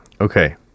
okay